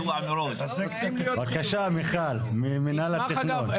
בבקשה, מיכל ממינהל התכנון.